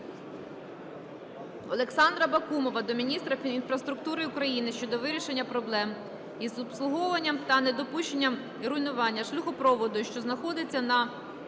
Олександра Бакумова до міністра інфраструктури України щодо вирішення проблем із обслуговуванням та недопущення руйнування шляхопроводу, що знаходиться на